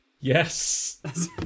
Yes